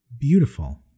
beautiful